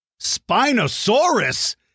Spinosaurus